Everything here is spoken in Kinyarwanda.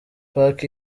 park